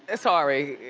ah sorry.